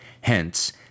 Hence